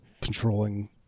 controlling